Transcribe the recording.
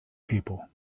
people